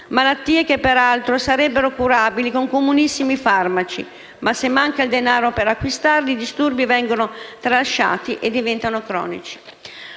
malattie che peraltro sarebbero curabili con comunissimi farmaci ma, se manca il denaro per acquistarli, i disturbi vengono tralasciati e diventano cronici.